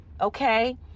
okay